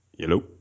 Hello